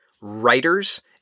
writers